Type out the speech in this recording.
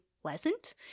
pleasant